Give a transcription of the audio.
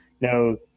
No